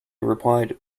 replied